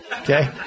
Okay